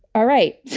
all right.